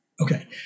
Okay